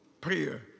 prayer